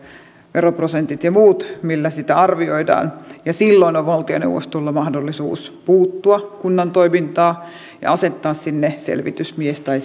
veroprosentit ja muut millä sitä arvioidaan ja silloin on valtioneuvostolla mahdollisuus puuttua kunnan toimintaan ja asettaa sinne selvitysmies tai